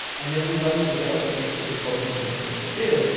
and then we let the developer basically focus on what they want to do,